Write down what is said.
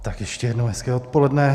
Tak ještě jednou hezké odpoledne.